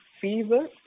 fever